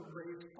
raise